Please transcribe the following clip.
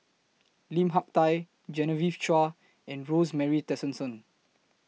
Lim Hak Tai Genevieve Chua and Rosemary Tessensohn